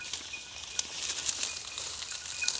ಬೆಳಿ ಮ್ಯಾಲೆ ಲೋನ್ ಹ್ಯಾಂಗ್ ರಿ ತೆಗಿಯೋದ?